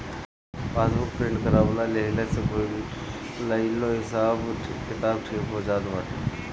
passbook print करवा लेहला से भूलाइलो हिसाब किताब ठीक हो जात बाटे